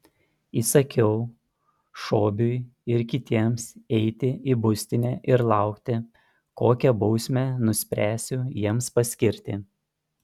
įsakiau šobiui ir kitiems eiti į būstinę ir laukti kokią bausmę nuspręsiu jiems paskirti